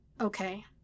Okay